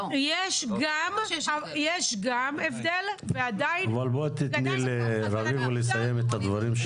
יש גם הבדל אבל עדיין --- תני לרביבו לסיים את הדברים שלו.